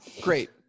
Great